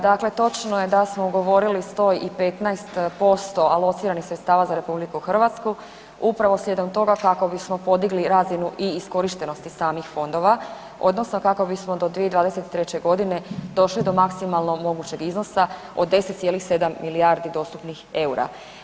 Dakle, točno je da smo ugovorili 115% alociranih sredstava za RH, upravo slijedom toga kako bismo podigli razinu i iskorištenosti fondova kako bismo do 2023. g. došlo do maksimalno mogućeg iznosa od 10,7 milijardi dostupnih eura.